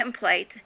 template